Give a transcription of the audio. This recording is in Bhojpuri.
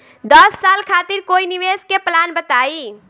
दस साल खातिर कोई निवेश के प्लान बताई?